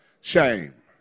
Shame